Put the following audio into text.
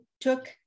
took